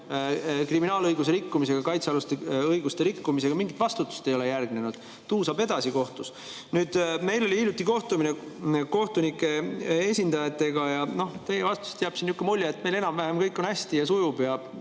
kriminaalõiguse rikkumisega, kaitsealuste õiguste rikkumisega. Mingit vastutust ei ole järgnenud, tuusab kohtus edasi. Meil oli hiljuti kohtumine kohtunike esindajatega. Teie vastustest jääb niisugune mulje, et meil enam-vähem kõik on hästi ja sujub,